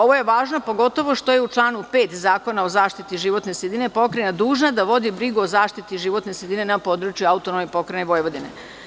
Ovo je važno, pogotovo što u članu 5. Zakona o zaštiti životne sredine pokrajina je dužna da vodi brigu o zaštiti životne sredine, na području AP Vojvodine.